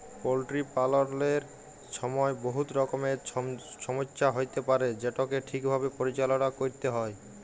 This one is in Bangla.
পলটিরি পাললের ছময় বহুত রকমের ছমচ্যা হ্যইতে পারে যেটকে ঠিকভাবে পরিচাললা ক্যইরতে হ্যয়